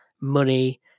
money